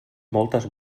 moltes